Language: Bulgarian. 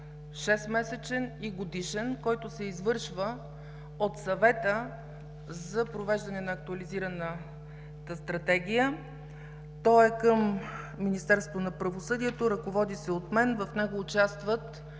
6-месечен и годишен анализ, който се извършва от Съвета за провеждане на актуализираната Стратегия. Той е към Министерството на правосъдието, ръководи се от мен. В него участват